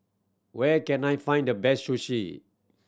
where can I find the best Sushi